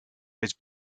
his